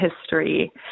history